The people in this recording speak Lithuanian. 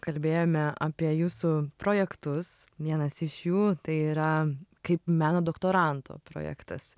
kalbėjome apie jūsų projektus vienas iš jų tai yra kaip meno doktoranto projektas